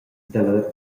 dalla